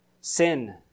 Sin